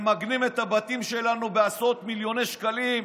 ממגנים את הבתים שלנו בעשרות מיליוני שקלים,